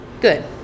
good